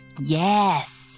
Yes